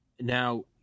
now